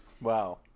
Wow